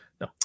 No